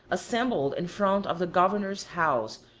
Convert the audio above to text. assembled in front of the governor's house,